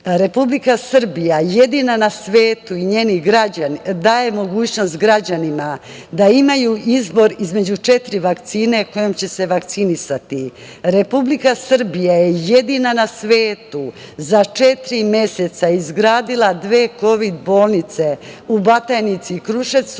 Republika Srbija jedina na svetu i njeni građani daje mogućnost građanima da imaju izbor između četiri vakcine kojom će se vakcinisati. Republika Srbija je jedina na svetu za četiri meseca izgradila dve Kovid bolnice u Batajnici i Kruševcu